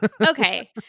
Okay